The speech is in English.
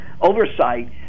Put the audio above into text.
oversight